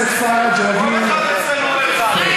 חבר הכנסת פארג' רגיל,